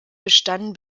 bestanden